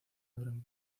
abren